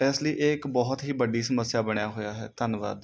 ਇਸ ਲਈ ਇਹ ਇੱਕ ਬਹੁਤ ਹੀ ਵੱਡੀ ਸਮੱਸਿਆ ਬਣਿਆ ਹੋਇਆ ਹੈ ਧੰਨਵਾਦ